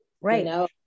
right